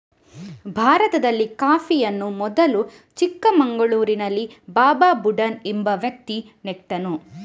ಭಾರತದಲ್ಲಿ ಕಾಫಿಯನ್ನು ಮೊದಲು ಚಿಕ್ಕಮಗಳೂರಿನಲ್ಲಿ ಬಾಬಾ ಬುಡನ್ ಎಂಬ ವ್ಯಕ್ತಿ ನೆಟ್ಟನು